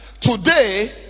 today